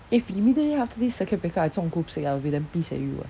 if really after this circuit breaker I 中 group six I will be damn pissed at you ah